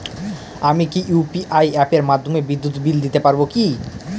আমি কি ইউ.পি.আই অ্যাপের মাধ্যমে বিদ্যুৎ বিল দিতে পারবো কি?